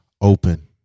Open